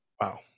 Wow